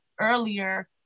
earlier